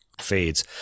fades